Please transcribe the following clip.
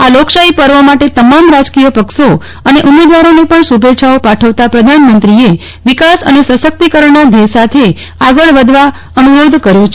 આ લોકશાહી પર્વ માટે તમામ રાજકીય પક્ષો અને ઉમેદવારોને પણ શુભેચ્છાઓ પાઠવતાં પ્રધાનમંત્રીએ વિકાસ અને સશકિતકરણના ધ્યેય સાથે આગળ વધવા અનુરોધ કર્યો છે